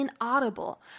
inaudible